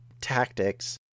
tactics